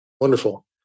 Wonderful